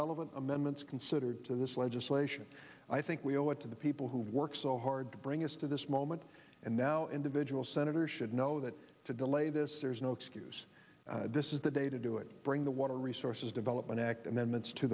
relevant amendments considered to this legislation i think we what to the people who worked so hard to bring us to this moment and now individual senator should know that to delay this there is no excuse this is the day to do it bring the water resources development act and then months to